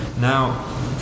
Now